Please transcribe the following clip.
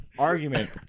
argument